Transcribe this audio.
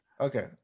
Okay